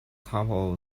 couple